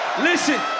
Listen